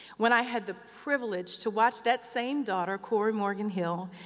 when i had the privilege to watch that same daughter, corey morgan hill,